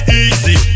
easy